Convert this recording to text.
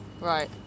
Right